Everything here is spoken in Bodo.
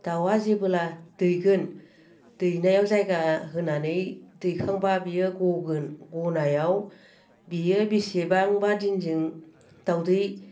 दाउआ जेबोला दैगोन दैनायाव जायगा होनानै दैखांब्ला बियो गगोन गनायाव बियो बेसेबांबा दिनजों दाउदै